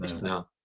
No